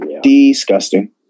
Disgusting